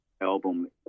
album